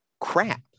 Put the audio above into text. crap